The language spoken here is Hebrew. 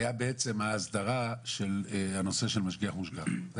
היה בעצם ההסדרה של הנושא של משגיח מושגח היה